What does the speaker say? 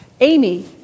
Amy